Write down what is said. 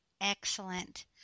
Excellent